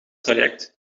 traject